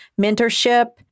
mentorship